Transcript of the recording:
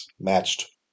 matched